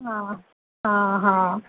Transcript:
हा हा हा